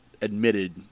admitted